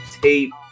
tape